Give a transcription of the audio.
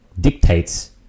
dictates